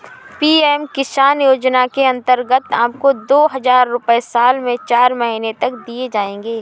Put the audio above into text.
PM किसान योजना के अंतर्गत आपको दो हज़ार रुपये साल में चार महीने तक दिए जाएंगे